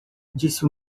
disse